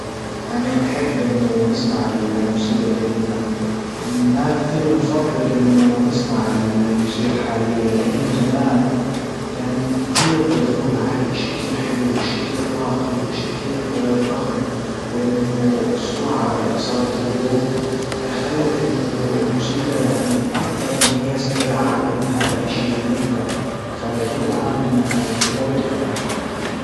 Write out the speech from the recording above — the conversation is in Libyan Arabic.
انا نحب انه نسمع الموسيجى الجديمة ما كتير نفضل انه نسمع الموسيجى الحالية لانه زمان كان كتير الزوج العالي اشي كتير حلو واشي كتير راقي واشي كتير فخم وانه السرعة اللي صارت اليوم خلت انه الموسيجى يعني اكتر ان هي سريعة على انها اشي ممتع فالزوج العام في قبل كان احلى بكتير